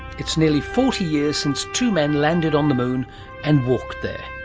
it's nearly forty years since two men landed on the moon and walked there.